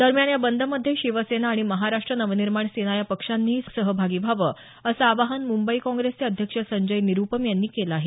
दरम्यान या बंद मध्ये शिवसेना आणि महाराष्ट्र नवनिर्माण सेना या पक्षांनीही सहभागी व्हावं असं आवाहन मुंबई काँप्रेसचे अध्यक्ष संजय निरुपम यांनी केलं आहे